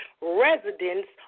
residents